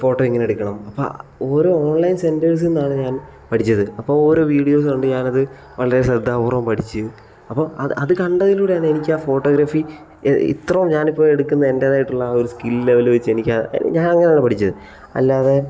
photo ഇങ്ങനെ എടുക്കണം അപ്പോൾ ഓരോ ഓൺലൈൻ സെൻറ്റേഴ്സ്ന്നാണ് ഞാൻ പഠിച്ചത് അപ്പോൾ ഓരോ വീഡിയോസ് കണ്ട് ഞാൻ അത് വളരെ ശ്രദ്ധാപൂർവം പഠിച്ച് അപ്പോൾ അത് അത് കണ്ടതിലൂടെയാണ് എനിക്ക് ആ ഫോട്ടോഗ്രാഫി ഇത്രയും ഞാൻ ഇപ്പോൾ എടുക്കുന്ന എൻ്റെതായിട്ടുള്ള ആ ഒരു സ്കിൽ ലെവൽ വെച്ച് എനിക്ക് ആ ഞാൻ അങ്ങനെയാണ് പഠിച്ചത് അല്ലാതെ